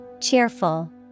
Cheerful